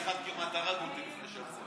אחד שגר לידי כמעט הרג אותי לפני שבוע.